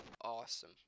awesome